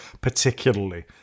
particularly